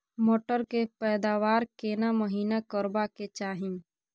मटर के पैदावार केना महिना करबा के चाही?